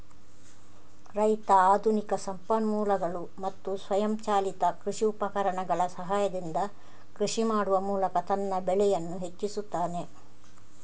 ರೈತ ಆಧುನಿಕ ಸಂಪನ್ಮೂಲಗಳು ಮತ್ತು ಸ್ವಯಂಚಾಲಿತ ಕೃಷಿ ಉಪಕರಣಗಳ ಸಹಾಯದಿಂದ ಕೃಷಿ ಮಾಡುವ ಮೂಲಕ ತನ್ನ ಬೆಳೆಯನ್ನು ಹೆಚ್ಚಿಸುತ್ತಾನೆ